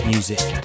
Music